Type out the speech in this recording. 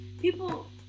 people